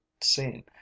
seen